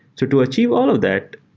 to to achieve all of that,